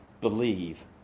believe